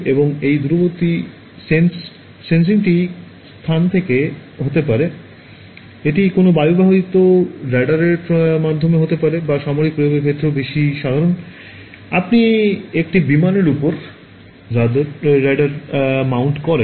এবং এই দূরবর্তী সেন্সিংটি স্থান থেকে হতে পারে এটি কোনও বায়ুবাহিত রাডারের মাধ্যমেও হতে পারে যা সামরিক প্রয়োগের ক্ষেত্রেও বেশি সাধারণ আপনি একটি বিমানের উপরে রাডার মাউন্ট করেন